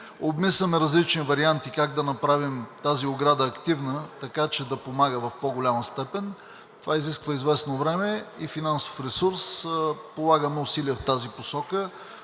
Обмисляме различни варианти как да направим тази ограда активна, така че да помага в по-голяма степен. Това изисква известно време и финансов ресурс. Полагаме усилия в тази посока.